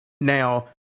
Now